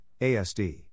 ASD